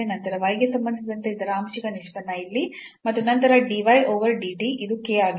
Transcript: ನಂತರ y ಗೆ ಸಂಬಂಧಿಸಿದಂತೆ ಇದರ ಆಂಶಿಕ ನಿಷ್ಪನ್ನ ಇಲ್ಲಿ ಮತ್ತು ನಂತರ dy over dt ಇದು k ಆಗಿದೆ